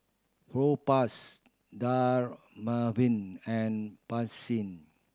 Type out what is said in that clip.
Propass Dermaveen and Pansy